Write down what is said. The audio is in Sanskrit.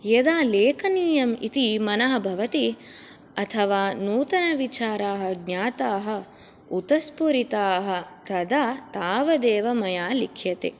यदा लेखनीयम् इति मनः भवति अथवा नूतनविचारः ज्ञातः उतस्फुरिताः तदा तावदेव मया लिख्यते